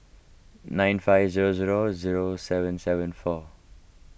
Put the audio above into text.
nine five zero zero zero seven seven four